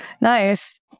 Nice